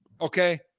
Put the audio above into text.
Okay